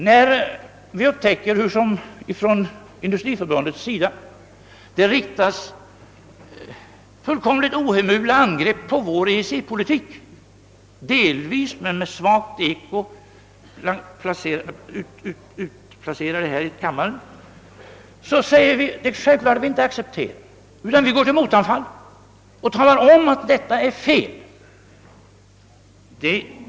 När vi upptäcker hurusom det från Industriförbundets sida riktas ohemula angrepp på vår EEC-politik — angrepp som fått ett låt vara svagt eko här i kammaren — är det självklart att vi inte accepterar detta, utan vi går till motanfall och talar om att detta är fel.